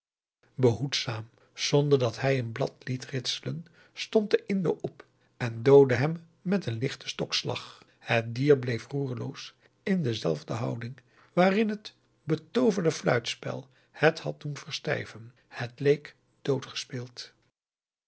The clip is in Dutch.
behoedzaam zonder dat hij een blad liet ritselen stond de indo op en doodde hem met een lichten stokslag het dier bleef roerloos in augusta de wit orpheus in de dessa dezelfde houding waarin het betooverende fluitspel het had doen verstijven het leek